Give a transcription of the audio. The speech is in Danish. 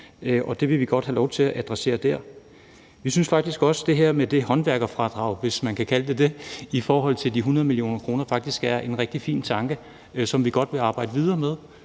og vi vil godt have lov til at adressere det der. Vi synes faktisk også, at det her med det håndværkerfradrag – hvis man kan kalde det det – i forhold til de 100 mio. kr., er en rigtig fin tanke, som vi godt vil arbejde videre med,